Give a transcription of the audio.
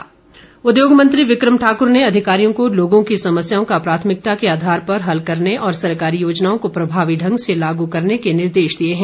बिक्रम ठाक्र उद्योगमंत्री बिक्रम ठाक्र ने अधिकारियों को लोगों की समस्याओं का प्राथमिकता के आधार पर हल करने और सरकारी योजनाओं को प्रभावी ढंग से लागू करने के निर्देश दिए हैं